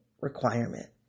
requirement